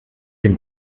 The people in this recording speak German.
dem